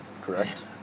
correct